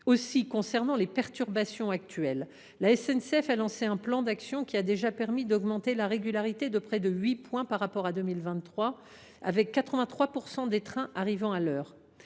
Aussi, concernant les perturbations actuelles, la SNCF a lancé un plan d’action qui a déjà permis d’augmenter la régularité de près de 8 points par rapport à 2023, avec 83 % des trains arrivant à l’heure.